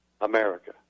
America